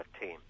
team